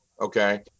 Okay